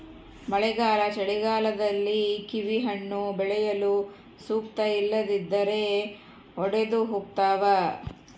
ಮಳೆಗಾಲ ಚಳಿಗಾಲದಲ್ಲಿ ಕಿವಿಹಣ್ಣು ಬೆಳೆಯಲು ಸೂಕ್ತ ಇಲ್ಲದಿದ್ದರೆ ಒಡೆದುಹೋತವ